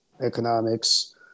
economics